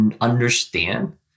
understand